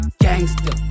Gangster